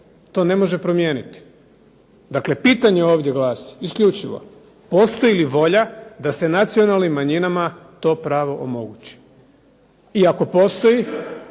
to ne može promijeniti. Dakle, pitanje ovdje glasi isključivo postoji li volja da se nacionalnim manjinama to pravo omogući? I ako postoji